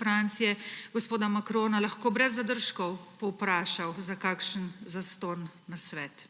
Francoske republike gospoda Macrona lahko brez zadržkov povprašal za kakšen zastonj nasvet.